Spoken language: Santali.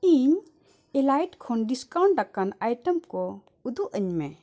ᱤᱧ ᱮᱞᱟᱭᱤᱰ ᱠᱷᱚᱱ ᱰᱤᱥᱠᱟᱣᱩᱱᱴ ᱟᱠᱟᱱ ᱟᱭᱴᱮᱢ ᱠᱚ ᱩᱫᱩᱜᱼᱟᱹᱧ ᱢᱮ